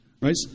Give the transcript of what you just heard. Right